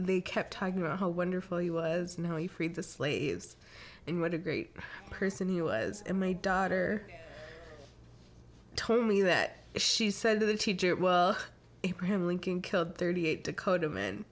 they kept talking about how wonderful he was no he freed the slaves and what a great person he was and my daughter told me that she said to the teacher well abraham lincoln killed thirty eight dakota men